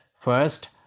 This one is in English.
First